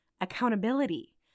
accountability